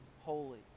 holy